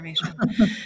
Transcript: information